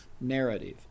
narrative